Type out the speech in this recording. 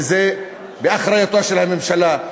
וזה באחריותה של הממשלה.